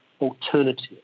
alternative